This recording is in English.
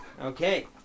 okay